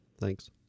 Thanks